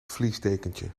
fleecedekentje